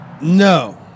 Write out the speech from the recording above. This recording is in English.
No